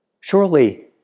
Surely